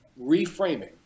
reframing